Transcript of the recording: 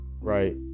right